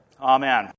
Amen